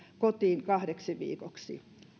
kotiin kahdeksi viikoksi